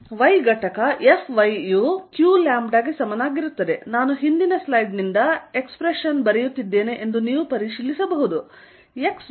Y ಘಟಕ Fy ಯು qλ ಗೆ ಸಮನಾಗಿರುತ್ತದೆ ನಾನು ಹಿಂದಿನ ಸ್ಲೈಡ್ ನಿಂದ ಎಕ್ಸ್ಪ್ರೆಶನ್ ಬರೆಯುತ್ತಿದ್ದೇನೆ ಎಂದು ನೀವು ಪರಿಶೀಲಿಸಬಹುದು x ಬದಲಿಗೆ 4π0